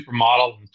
supermodel